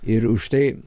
ir už tai